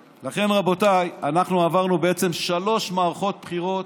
רבותיי, אנחנו עברנו שלוש מערכות בחירות,